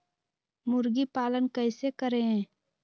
मुर्गी पालन कैसे करें?